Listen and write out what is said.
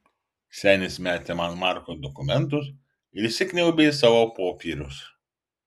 senis metė man marko dokumentus ir įsikniaubė į savo popierius